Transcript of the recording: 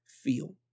feel